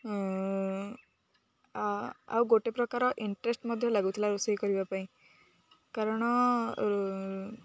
ଆଉ ଗୋଟେ ପ୍ରକାର ଇଣ୍ଟରେଷ୍ଟ୍ ମଧ୍ୟ ଲାଗୁଥିଲା ରୋଷେଇ କରିବା ପାଇଁ କାରଣ